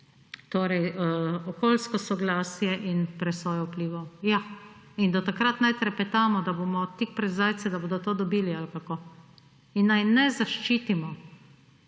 torej okoljsko soglasje in presojo vplivov. Ja, in do takrat naj trepetamo, da bodo tik pred zdajci to dobili ali kako? In naj ne zaščitimo